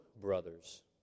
brothers